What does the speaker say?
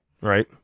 right